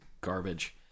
garbage